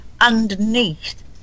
underneath